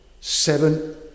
seven